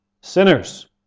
sinners